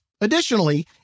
Additionally